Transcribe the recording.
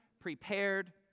prepared